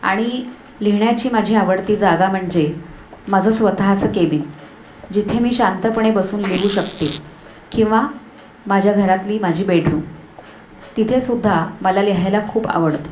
आणि लिहिण्याची माझी आवडती जागा म्हणजे माझं स्वतःचं केबिन जिथे मी शांतपणे बसून लिहू शकते किंवा माझ्या घरातली माझी बेडरूम तिथेसुद्धा मला लिहायला खूप आवडतं